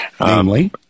namely